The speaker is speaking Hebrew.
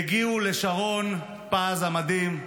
הם הגיעו לשרון פז המדהים,